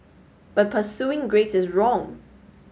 but pursuing grades is wrong